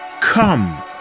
Come